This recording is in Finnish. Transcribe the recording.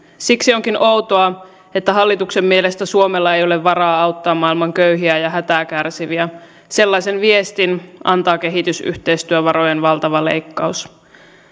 siksi onkin outoa että hallituksen mielestä suomella ei ole varaa auttaa maailman köyhiä ja hätää kärsiviä sellaisen viestin antaa kehitysyhteistyövarojen valtava leikkaus